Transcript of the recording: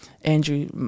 Andrew